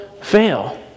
fail